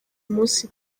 munsi